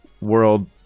world